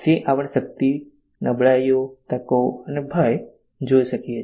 તેથી આપણે શક્તિ નબળાઈઓ તકો અને ભય જોઈ છે